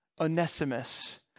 Onesimus